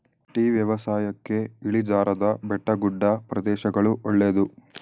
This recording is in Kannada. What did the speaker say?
ಟೀ ವ್ಯವಸಾಯಕ್ಕೆ ಇಳಿಜಾರಾದ ಬೆಟ್ಟಗುಡ್ಡ ಪ್ರದೇಶಗಳು ಒಳ್ಳೆದು